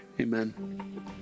amen